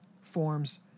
forms